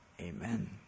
Amen